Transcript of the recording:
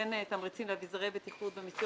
שייתן תמריצים לאביזרי בטיחות במיסוי